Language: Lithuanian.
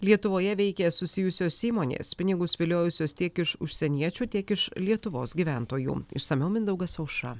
lietuvoje veikė susijusios įmonės pinigus viliojusius tiek iš užsieniečių tiek iš lietuvos gyventojų išsamiau mindaugas aušra